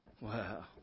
Wow